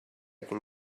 can